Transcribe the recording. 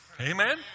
Amen